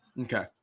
Okay